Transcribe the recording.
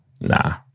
nah